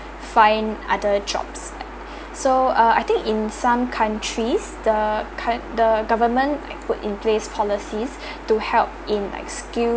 find other jobs so uh I think in some countries the ki~ the government put in place policies to held in like skill